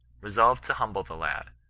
re solved to humble the lad,